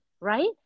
right